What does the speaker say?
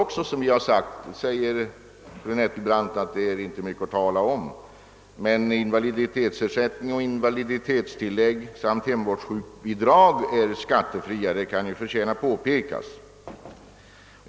Fru Nettelbrandt menar att dessa inte är mycket att tala om, men invaliditetsersättning och =<:invaliditetstillägg samt hemsjukvårdsbidrag är skattefria; det kan förtjäna att påpekas.